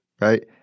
right